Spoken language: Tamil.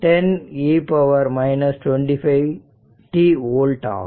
4 10e 25t ஓல்ட் ஆகும்